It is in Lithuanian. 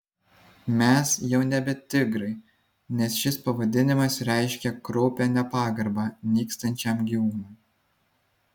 mes jau nebe tigrai nes šis pavadinimas reiškia kraupią nepagarbą nykstančiam gyvūnui